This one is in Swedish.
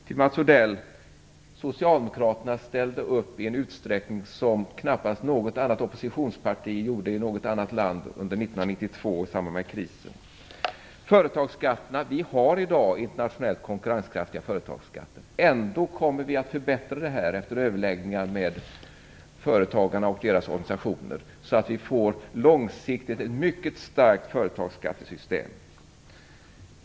Till Mats Odell vill jag säga att Socialdemokraterna ställde upp i en utsträckning som knappast något annat oppositionsparti gjorde i något annat land under De företagsskatter vi har i dag är internationellt konkurrenskraftiga. Ändå kommer vi att förbättra detta system efter överläggningar med företagarna och deras organisationer, så att vi långsiktigt får ett mycket starkt företagsskattesystem.